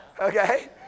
Okay